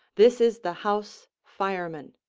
this is the house fireman,